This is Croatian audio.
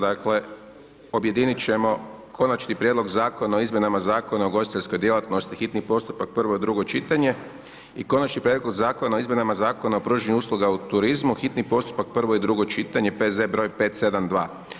Dakle, objedinit ćemo Konačni prijedlog Zakona o izmjenama Zakona o ugostiteljskoj djelatnosti, hitni postupak, prvo i drugo čitanje, i Konačni prijedlog Zakona o izmjenama Zakona o pružanju usluga u turizmu, hitni postupak, prvo i drugo čitanje, P.Z. broj 572.